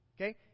Okay